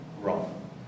wrong